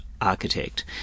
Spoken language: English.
architect